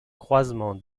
croisement